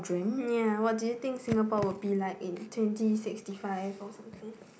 ya what do you think Singapore will be like in twenty sixty five or something